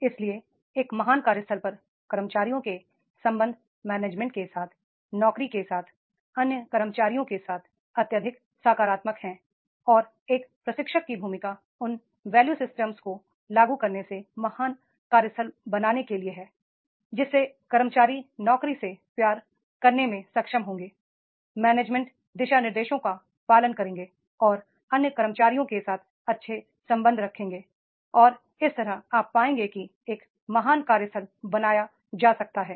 इसलिए एक महान कार्यस्थल पर कर्मचारियों के संबंध प्रबंधन के साथ नौकरी के साथ अन्य कर्मचारियों के साथ अत्यधिक सकारात्मक है और एक प्रशिक्षक की भूमिका उन वैल्यू सिस्टम को लागू करने से महान कार्यस्थल बनाने के लिए है जिससे कर्मचारी नौकरी से प्यार करने में सक्षम होंगे प्रबंधन दिशानिर्देशों का पालन करेंगे और अन्य कर्मचारियों के साथ अच्छे संबंध रखेंगे और इस तरह आप पाएंगे कि एक महान कार्यस्थल बनाया जा सकता है